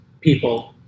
people